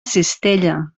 cistella